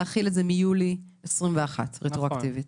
להחיל את זה מיולי 2021 רטרואקטיבית.